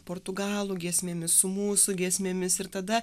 portugalų giesmėmis su mūsų giesmėmis ir tada